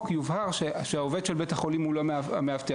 יובהר שהעובד של בית החולים הוא לא המאבטח.